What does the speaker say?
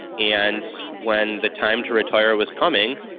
and when the time to retire was coming,